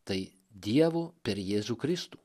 tai dievo per jėzų kristų